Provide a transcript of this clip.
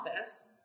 office